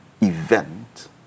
event